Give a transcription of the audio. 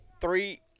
three